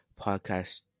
podcast